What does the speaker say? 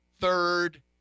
third